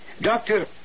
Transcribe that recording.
Doctor